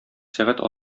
сәгать